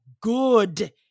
good